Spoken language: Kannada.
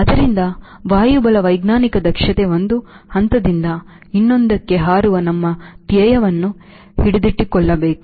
ಆದ್ದರಿಂದ ವಾಯುಬಲವೈಜ್ಞಾನಿಕ ದಕ್ಷತೆಯು ಒಂದು ಹಂತದಿಂದ ಇನ್ನೊಂದಕ್ಕೆ ಹಾರುವ ನಮ್ಮ ಧ್ಯೇಯವನ್ನು ಹಿಡಿದಿಟ್ಟುಕೊಳ್ಳಬೇಕು